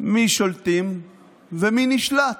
מי שולטים ומי נשלט.